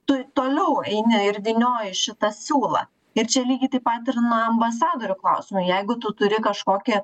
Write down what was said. tu toliau eini ir vynioji šitą siūlą ir čia lygiai taip pat ir na ambasadorių klausimu jeigu tu turi kažkokį